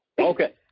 Okay